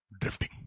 Drifting